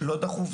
לא דחוף,